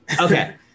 Okay